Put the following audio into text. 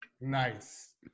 Nice